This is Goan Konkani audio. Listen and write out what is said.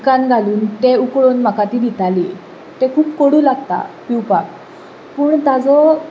उदकांत घालून तें उकळून म्हाका ती दिताली तें खूब कोडू लागता पिवपाक पूण ताचो